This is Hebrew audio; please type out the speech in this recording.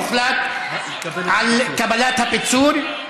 הוחלט על קבלת הפיצול,